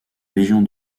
légion